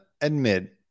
admit